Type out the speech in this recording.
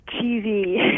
cheesy